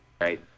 Right